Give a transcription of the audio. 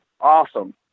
awesome